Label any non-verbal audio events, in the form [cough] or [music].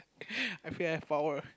[laughs] I feel I have power